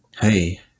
hey